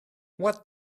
what